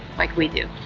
like we do,